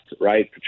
right